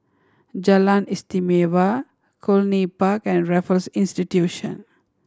Jalan Istimewa Cluny Park and Raffles Institution